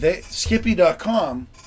Skippy.com